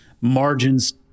Margins